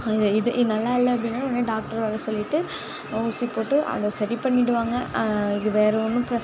இ இது இத் நல்லாயில்ல அப்படின்னா உடனே டாக்ட்ரு வர சொல்லிவிட்டு ஊசி போட்டு அதை சரி பண்ணிவிடுவாங்க அது வேறு ஒன்று ப்ர